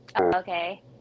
okay